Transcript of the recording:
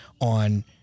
on